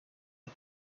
for